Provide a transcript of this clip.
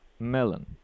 Melon